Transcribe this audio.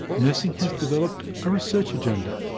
nursing has developed a research agenda.